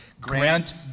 Grant